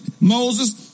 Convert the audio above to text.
Moses